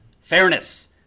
fairness